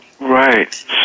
right